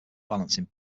balancing